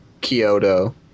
kyoto